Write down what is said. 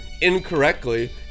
incorrectly